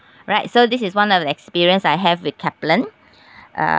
right so this is one of the experience I have with Kaplan uh